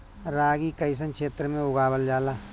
रागी कइसन क्षेत्र में उगावल जला?